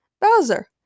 Bowser